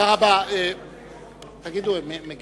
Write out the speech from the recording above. מה אתם עושים עם בתי-קברות לא מוכרים?